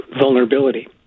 vulnerability